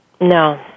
No